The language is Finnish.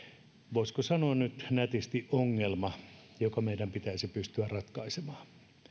voisiko sanoa nyt nätisti ongelma joka meidän pitäisi pystyä ratkaisemaan